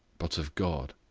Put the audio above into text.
but of god.